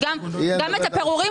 אם את אומרת